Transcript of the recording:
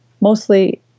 mostly